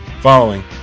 Following